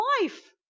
life